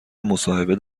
مصاحبه